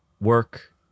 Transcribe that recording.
work